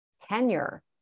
tenure